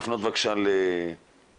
כולל טיפול בבית שהוא ערך מרכזי אצלנו וכולל